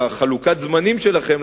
בחלוקת הזמנים שלכם,